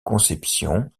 conception